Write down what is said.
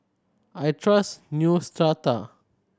I trust Neostrata